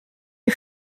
you